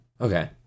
okay